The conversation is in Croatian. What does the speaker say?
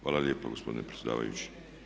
Hvala lijepo gospodine predsjedavajući.